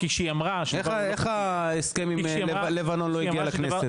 איך ההסכם עם לבנון לא הגיע לכנסת?